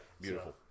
Beautiful